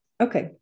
Okay